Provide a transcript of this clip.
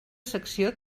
secció